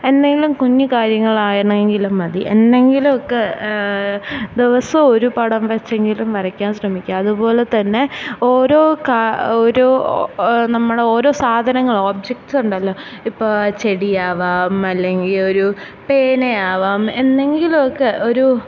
എന്തെങ്കിലും കുഞ്ഞ് കാര്യങ്ങളാണെങ്കിലും മതി എന്തെങ്കിലും ഒക്കെ ദിവസവും ഒരു പടം വെച്ചെങ്കിലും വരക്കാൻ ശ്രമിക്കുക അതുപോലെ തന്നെ ഓരോ കാ ഓരോ നമ്മള് ഓരോ സാധനങ്ങള് ഒബ്ജെക്റ്റ്സുണ്ടല്ലോ ഇപ്പോൾ ചെടിയാവാം അല്ലെങ്കിൽ ഒരു പേനയാവാം എന്തെങ്കിലും ഒക്കെ ഒരു